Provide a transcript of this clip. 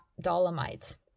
Dolomite